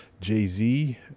Jay-Z